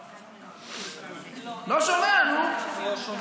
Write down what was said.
אני לא שומע, נו.